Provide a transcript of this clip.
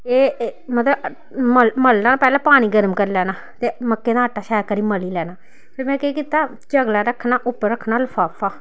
एह् मतलब मल मलना पैह्लें पानी गर्म करी लैना ते मक्कें दा आटा शैल करियै मली लैना फिर में केह् कीता चकला रक्खना उप्पर रक्खना लफाफा